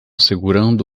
segurando